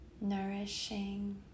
nourishing